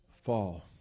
Fall